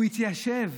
הוא התיישב,